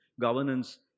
governance